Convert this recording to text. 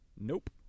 Nope